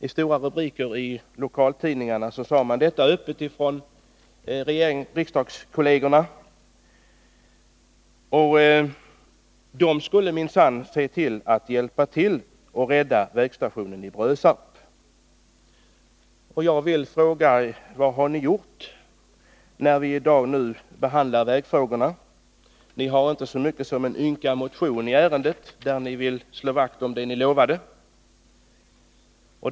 I stora rubriker i lokaltidningarna sades detta öppet från riksdagskollegerna, och de förklarade att de minsann skulle hjälpa till att rädda vägstationen i Brösarp. Jag vill fråga: Vad har ni gjort när vi nu behandlar vägfrågorna? Ni har inte en ynka motion där ni slår vakt om det ni lovade.